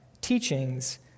teachings